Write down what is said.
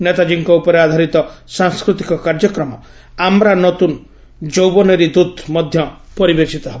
ନେତାଜୀଙ୍କ ଉପରେ ଆଧାରିତ ସାଂସ୍କୃତିକ କାର୍ଯ୍ୟକ୍ରମ 'ଆମ୍ରା ନତୁନ ଯୌବନେରୀ ଦୁତ୍' ମଧ୍ୟ ପରିବେଷିତ ହେବ